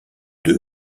deux